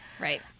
Right